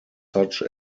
such